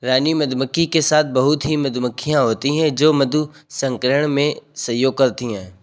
रानी मधुमक्खी के साथ बहुत ही मधुमक्खियां होती हैं जो मधु संग्रहण में सहयोग करती हैं